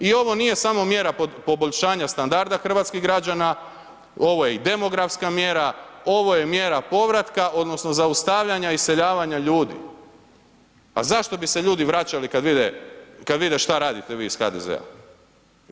I ovo nije samo mjera poboljšanja standarda hrvatskih građana, ovo je i demografska mjera, ovo je mjera povratka odnosno zaustavljanja iseljavanja ljudi, a zašto bi se ljudi vraćali kad vide šta radite vi iz HDZ-a.